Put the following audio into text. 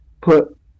put